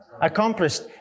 accomplished